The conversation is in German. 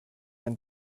ein